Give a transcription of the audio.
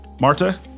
Marta